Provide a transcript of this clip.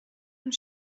und